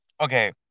Okay